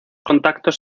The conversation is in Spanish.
contactos